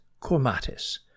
cormatis